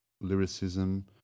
lyricism